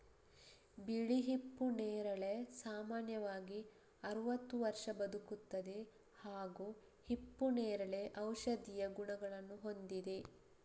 ಬಿಳಿ ಹಿಪ್ಪು ನೇರಳೆ ಸಾಮಾನ್ಯವಾಗಿ ಅರವತ್ತು ವರ್ಷ ಬದುಕುತ್ತದೆ ಹಾಗೂ ಹಿಪ್ಪುನೇರಳೆ ಔಷಧೀಯ ಗುಣಗಳನ್ನು ಹೊಂದಿದೆ